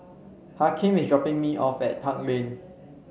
Hakim is dropping me off at Park Lane